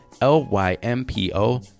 l-y-m-p-o